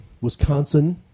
Wisconsin